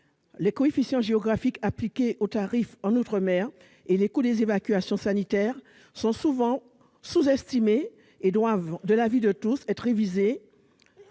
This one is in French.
les coefficients géographiques appliqués aux tarifs en outre-mer et les coûts des évacuations sanitaires sont souvent sous-estimés et doivent, de l'avis de tous, être révisés,